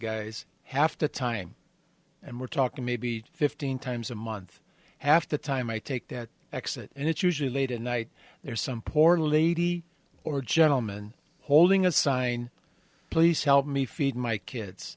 guys have to time and we're talking maybe fifteen times a month half the time i take that exit and it's usually late at night there's some poor lady or gentleman holding a sign please help me feed my kids